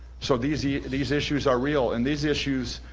so these yeah these issues are real, and these issues